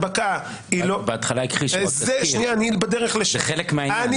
בהתחלה הכחישו, זה חלק מהעניין.